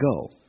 go